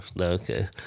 okay